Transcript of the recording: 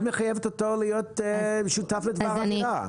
את מחייבת אותו להיות שותף לדבר עבירה.